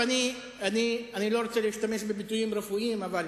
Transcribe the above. אגב, אני לא רוצה להשתמש בביטויים רפואיים, אבל